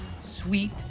sweet